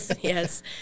yes